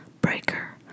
breaker